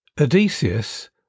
Odysseus